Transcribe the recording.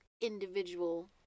individual